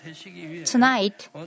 Tonight